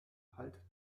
halt